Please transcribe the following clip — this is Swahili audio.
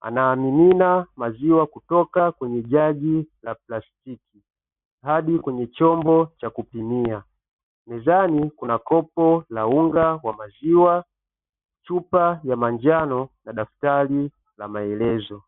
anamimina maziwa kutoka kwenye jagi la plastiki hadi kwenye chombo cha kupimia, mezani kuna kopo la unga wa maziwa, chupa ya manjano na daftari la maelezo.